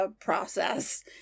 process